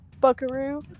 Buckaroo